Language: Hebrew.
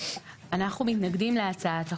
אנחנו מתנגדים להצעת החוק.